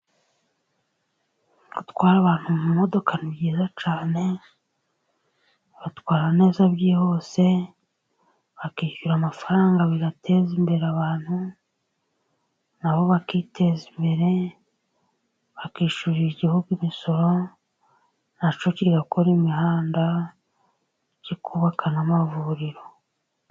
Gutwara abantu mu modoka ni byiza cyane, ibatwara neza byihuse bakishyura amafaranga, bigateza imbere abantu nabo bakiteza imbere, bakishyurira igihugu imisoro nacyo kigakora imihanda, kikubaka n'amavuriro.